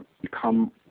become